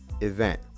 event